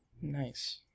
Nice